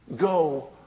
Go